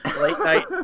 late-night